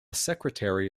secretary